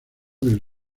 del